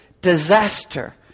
disaster